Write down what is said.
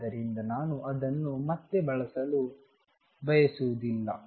ಆದ್ದರಿಂದ ನಾನು ಅದನ್ನು ಮತ್ತೆ ಬಳಸಲು ಬಯಸುವುದಿಲ್ಲ